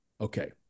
Okay